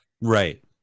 Right